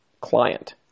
Client